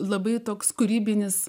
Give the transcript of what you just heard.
labai toks kūrybinis